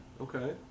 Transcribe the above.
Okay